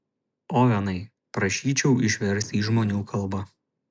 ovenai prašyčiau išversti į žmonių kalbą